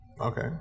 Okay